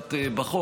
שמוצעת בחוק.